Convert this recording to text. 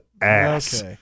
ass